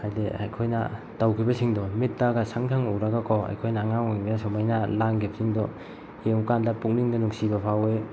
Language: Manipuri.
ꯍꯥꯏꯗꯤ ꯑꯩꯈꯣꯏꯅ ꯇꯧꯈꯤꯕꯁꯤꯡꯗꯣ ꯃꯤꯠꯇꯒ ꯁꯪ ꯁꯪ ꯎꯔꯒꯀꯣ ꯑꯩꯈꯣꯏꯅ ꯑꯉꯥꯡ ꯑꯣꯏꯔꯤꯉꯩꯗ ꯁꯨꯃꯥꯏꯅ ꯂꯥꯡꯈꯤꯕꯁꯤꯡꯗꯣ ꯌꯦꯡꯉꯨ ꯀꯥꯟꯗ ꯄꯨꯛꯅꯤꯡꯗ ꯅꯨꯡꯁꯤꯕ ꯐꯥꯎꯋꯦ